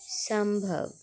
संभव